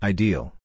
Ideal